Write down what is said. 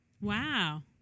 Wow